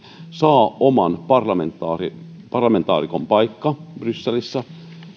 saa myös oman parlamentaarikon parlamentaarikon paikan brysselissä